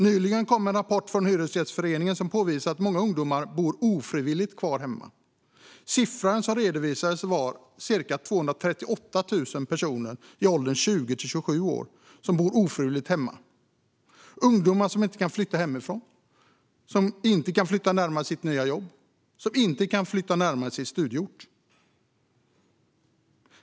Nyligen kom en rapport från Hyresgästföreningen som påvisar att många ungdomar ofrivilligt bor kvar hemma. Siffran som redovisades var att ca 238 000 personer i åldern 20-27 ofrivilligt bor hemma. Detta är ungdomar som inte kan flytta hemifrån, flytta närmare sitt nya jobb eller flytta närmare sin studieort.